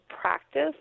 practice